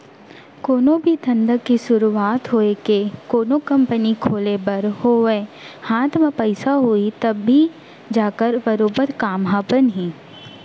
कोनो भी धंधा के सुरूवात होवय के कोनो कंपनी खोले बर होवय हाथ म पइसा होही तभे जाके बरोबर काम ह बनही